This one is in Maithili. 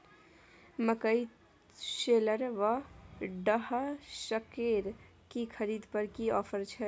मकई शेलर व डहसकेर की खरीद पर की ऑफर छै?